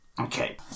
Okay